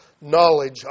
knowledge